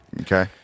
Okay